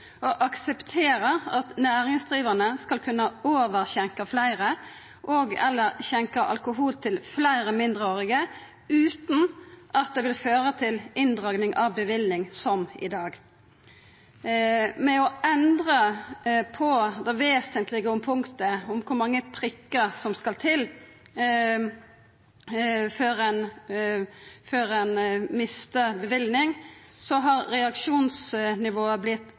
at næringsdrivande skal kunna overskjenka fleire og/eller skjenka alkohol til fleire mindreårige utan at det vil føra til inndraging av bevillinga som i dag. Ved å endra på det vesentlege punktet om kor mange prikkar som skal til før ein mistar bevillinga, har reaksjonsnivået